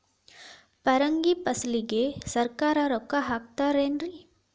ಪರಂಗಿ ಫಸಲಿಗೆ ಸರಕಾರ ರೊಕ್ಕ ಹಾಕತಾರ ಏನ್ರಿ?